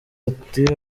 ati